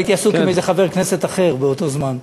הייתי עסוק עם איזה חבר כנסת אחר באותו זמן.